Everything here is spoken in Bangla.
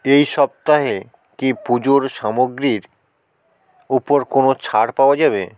এই সপ্তাহে কি পুজোর সামগ্রীর ওপর কোনো ছাড় পাওয়া যাবে